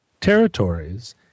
territories